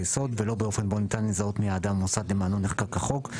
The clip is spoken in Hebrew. יסוד ולא באופן בו ניתן לזהות מי האדם או המוסד למענו נחקק החוק,